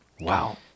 Wow